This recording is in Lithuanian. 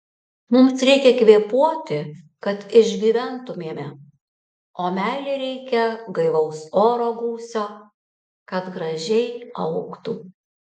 mums reikia kvėpuoti kad išgyventumėme o meilei reikia gaivaus oro gūsio kad gražiai augtų